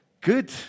Good